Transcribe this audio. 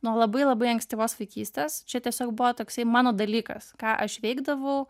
nuo labai labai ankstyvos vaikystės čia tiesiog buvo toksai mano dalykas ką aš veikdavau